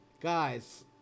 Guys